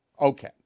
Okay